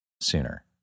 sooner